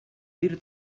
dir